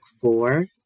four